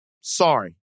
sorry